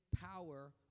power